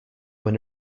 when